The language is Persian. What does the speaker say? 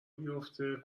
بیافته